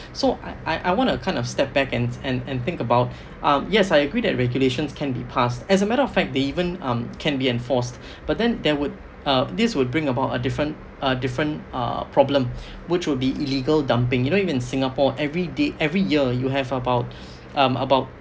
so I I I wanna kind of step back and and and think about um yes I agree that regulations can be passed as a matter of fact they even um can be enforced but then there would uh this would bring about a different a different uh problem which would be illegal dumping you know even in singapore every day every year you have about um about